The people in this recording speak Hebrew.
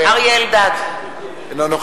נגד לאה נס,